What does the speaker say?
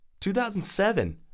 2007